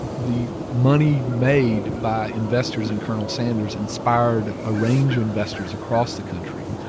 the money made by investors in colonel sanders inspired a range of investors across the country.